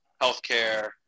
healthcare